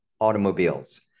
automobiles